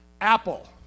Apple